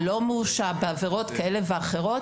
אם הוא לא מורשע בעבירות כאלה ואחרות,